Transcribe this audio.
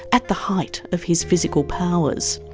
at the height of his physical powers.